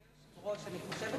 אדוני היושב-ראש, אני חושבת